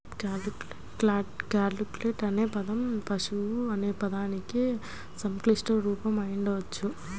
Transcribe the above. catgut అనే పదం పశువు అనే పదానికి సంక్షిప్త రూపం అయి ఉండవచ్చు